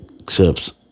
accepts